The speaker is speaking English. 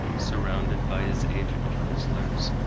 surrounded by his aged counselors,